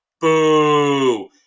Boo